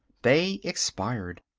they expired.